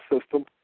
system